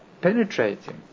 penetrating